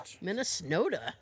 minnesota